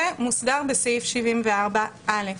זה מוסדר בסעיף 74(א).